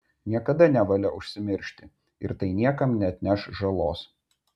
niekada nevalia užsimiršti ir tai niekam neatneš žalos